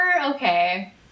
okay